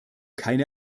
keine